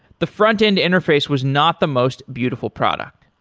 the frontend interface was not the most beautiful product,